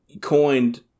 coined